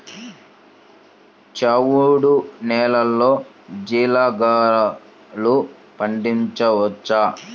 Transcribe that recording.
చవుడు నేలలో జీలగలు పండించవచ్చా?